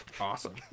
Awesome